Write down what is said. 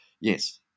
yes